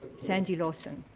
sandy lawson